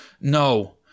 No